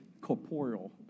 corporeal